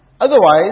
Otherwise